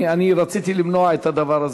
אני רציתי למנוע את הדבר הזה,